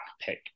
pick